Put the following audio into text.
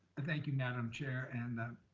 thank you, madam chair. and